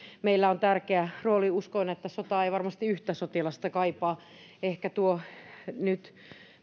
meillä on tärkeä rooli uskoin että sota ei varmasti yhtä sotilasta kaipaa ehkä nyt